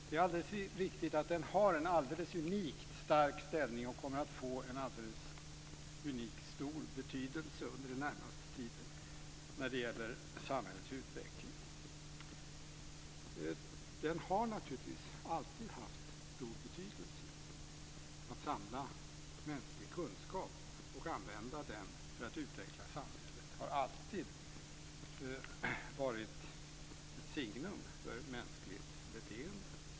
Det är alldeles riktigt att den har en alldeles unikt stark ställning och kommer att få en alldeles unikt stor betydelse under den närmaste tiden när det gäller samhällets utveckling. Den har naturligtvis alltid haft stor betydelse. Att samla mänsklig kunskap och använda den för att utveckla samhället har alltid varit ett signum för mänskligt beteende.